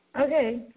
Okay